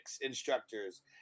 instructors